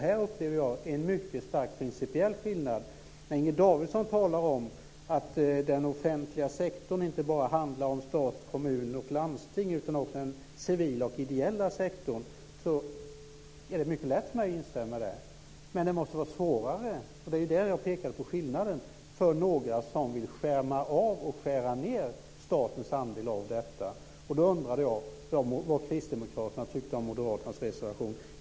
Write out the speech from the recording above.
Här upplever jag en mycket stark principiell skillnad. När Inger Davidson talar om att den offentliga sektorn inte bara handlar om stat, kommuner och landsting utan också om den civila och ideella sektorn, är det mycket lätt för mig att instämma i det. Men det måste vara svårare - det är den skillnaden jag pekade på - för dem som vill skärma av och skära ned statens andel av detta. Då undrade jag vad kristdemokraterna tyckte om moderaternas reservation.